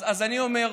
אז אני אומר: